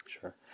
sure